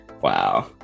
Wow